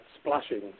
splashing